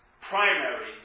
primary